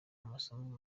amasomo